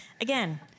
Again